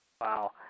wow